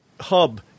hub